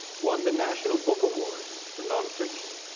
won the national book award for non-fiction.